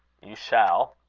you shall.